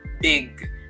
big